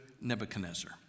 Nebuchadnezzar